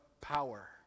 power